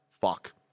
Fuck